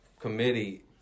committee